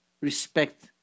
respect